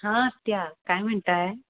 हा आत्या काय म्हणत आहे